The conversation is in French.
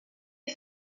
est